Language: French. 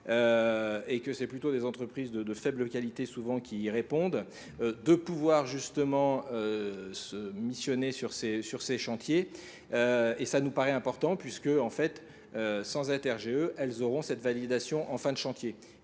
et que c'est plutôt des entreprises de faible qualité souvent qui y répondent, de pouvoir justement se missionner sur ces chantiers et ça nous paraît important puisque en fait sans être RGE elles auront cette validation en fin de chantier